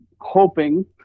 hoping